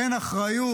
אין אחריות.